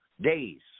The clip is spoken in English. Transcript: days